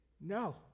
no